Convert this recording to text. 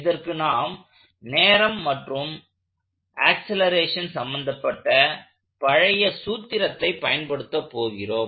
இதற்கு நாம் நேரம் மற்றும் ஆக்சலேரேஷன் சம்பந்தப்பட்ட பழைய சூத்திரத்தை பயன்படுத்த போகிறோம்